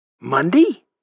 Monday